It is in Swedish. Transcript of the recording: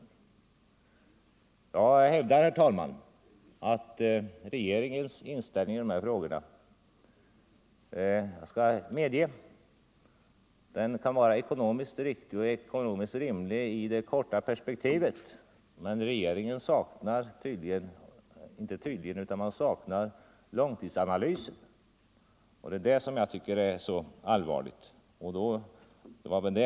Herr talman! Jag kan medge att regeringens inställning till dessa frågor kan vara ekonomiskt riktig och rimlig i det korta perspektivet, men regeringen saknar långtidsanalyser, och det är det jag tycker är så allvarligt.